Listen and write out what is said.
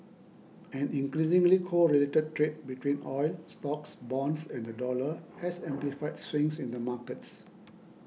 an increasingly correlated trade between oil stocks bonds and the dollar has amplified swings in the markets